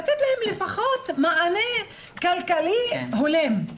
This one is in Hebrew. לתת להם לפחות מענה כלכלי הולם.